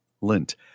Lint